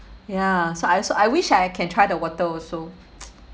ya so I so I wish I can try the water also